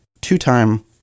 two-time